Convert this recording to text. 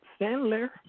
Sandler